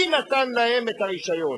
מי נתן להם את הרשיון?